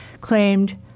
claimed